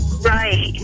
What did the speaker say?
Right